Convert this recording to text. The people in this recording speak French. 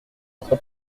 être